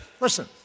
listen